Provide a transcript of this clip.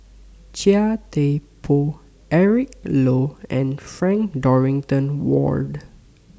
Chia Thye Poh Eric Low and Frank Dorrington Ward